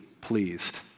pleased